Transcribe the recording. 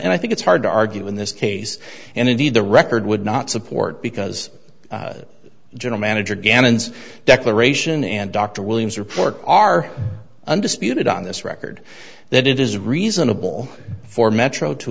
and i think it's hard to argue in this case and indeed the record would not support because general manager gannon's declaration and dr williams report are under spewed on this record that it is reasonable for metro to